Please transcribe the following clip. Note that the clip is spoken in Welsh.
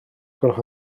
gwelwch